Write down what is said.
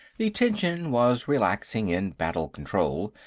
the tension was relaxing in battle-control,